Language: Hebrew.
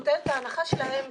זה סותר את ההנחה שלהם,